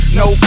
no